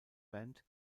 bend